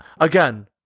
Again